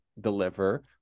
deliver